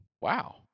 wow